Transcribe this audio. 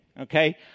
okay